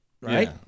right